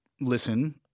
listen